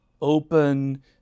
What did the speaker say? open